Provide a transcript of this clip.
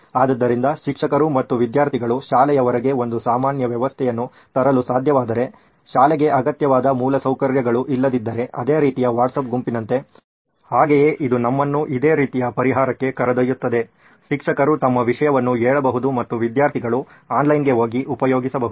ಆದ್ದರಿಂದ ಶಿಕ್ಷಕರು ಮತ್ತು ವಿದ್ಯಾರ್ಥಿಗಳು ಶಾಲೆಯ ಹೊರಗೆ ಒಂದು ಸಾಮಾನ್ಯ ವ್ಯವಸ್ಥೆಯನ್ನು ತರಲು ಸಾಧ್ಯವಾದರೆ ಶಾಲೆಗೆ ಅಗತ್ಯವಾದ ಮೂಲಸೌಕರ್ಯಗಳು ಇಲ್ಲದಿದ್ದರೆ ಅದೇ ರೀತಿಯ ವಾಟ್ಸಾಪ್ ಗುಂಪಿನಂತೆ ಹಾಗೆಯೇ ಇದು ನಮ್ಮನ್ನು ಇದೇ ರೀತಿಯ ಪರಿಹಾರಕ್ಕೆ ಕರೆದೊಯ್ಯುತ್ತದೆ ಶಿಕ್ಷಕರು ತಮ್ಮ ವಿಷಯವನ್ನು ಹೇಳಬಹುದು ಮತ್ತು ವಿದ್ಯಾರ್ಥಿಗಳು ಆನ್ಲೈನ್ಗೆ ಹೋಗಿ ಉಪಯೊಗಿಸಬಹುದು